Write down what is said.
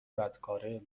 بدکاره